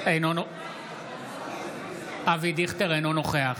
אינו נוכח אלי דלל, אינו נוכח